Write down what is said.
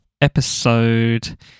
episode